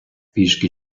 пішки